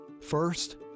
First